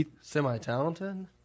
semi-talented